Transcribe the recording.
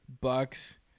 Bucks